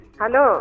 Hello